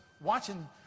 watching